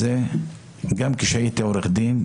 גם כשהייתי עורך דין,